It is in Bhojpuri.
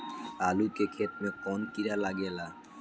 आलू के खेत मे कौन किड़ा लागे ला?